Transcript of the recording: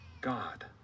God